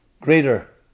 greater